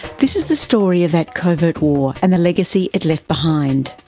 this is the story of that covert war and the legacy it left behind.